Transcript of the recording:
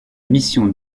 mission